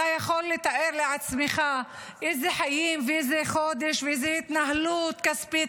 אתה יכול לתאר לעצמך איזה חיים ואיזה חודש ואיזו התנהלות כספית